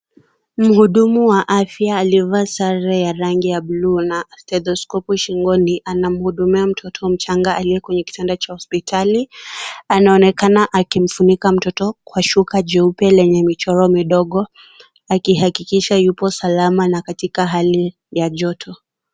Mhudumu wa afya, aliyevaa sare ya rangi ya bluu na stethoscope shingoni, anamhudumia mtoto mchanga aliye kwenye kitanda cha hospitali, anaonekana akimfunika mtoto kwa shuka jeupe lenye michoro midogo, akihakikisha yupo salama na katika hali ya joto.